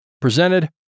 presented